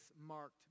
marked